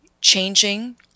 Changing